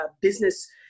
business